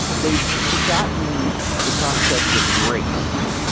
they've forgotten the concept of grace.